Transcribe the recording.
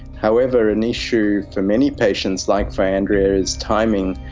however, an issue for many patients like for andreea is timing.